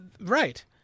Right